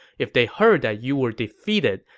if they heard that you were defeated,